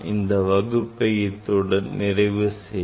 இன்று இத்துடன் நிறைவு செய்யலாம்